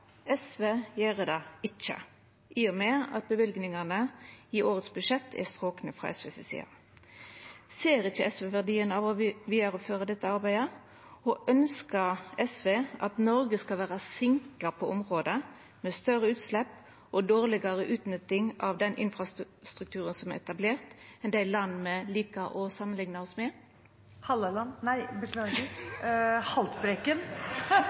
SV gjer det ikkje, i og med at løyvingane i budsjettet i år er strokne frå SVs side. Ser ikkje SV verdien av å føra vidare dette arbeidet? Og ønskjer SV at Noreg skal vera ei sinke på området, med større utslepp og dårlegare utnytting av den infrastrukturen som er etablert, enn dei landa me likar å samanlikna oss med? Halleland – nei, beklager! Haltbrekken.